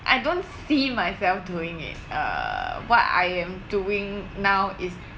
I don't see myself doing it uh what I am doing now is